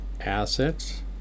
Assets